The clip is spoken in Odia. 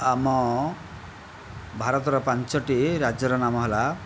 ଆମ ଭାରତର ପାଞ୍ଚଟି ରାଜ୍ୟର ନାମ ହେଲା